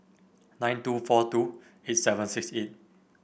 nine two four two eight seven six eight